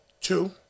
Two